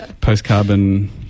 post-carbon